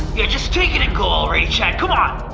yeah, just take it and go already, chad. come on!